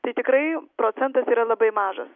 tai tikrai procentas yra labai mažas